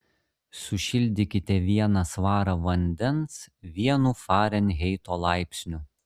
sušildykite vieną svarą vandens vienu farenheito laipsniu